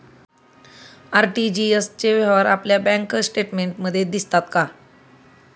RTGS चे व्यवहार आपल्या बँक स्टेटमेंटमध्ये दिसतात का?